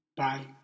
Bye